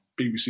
BBC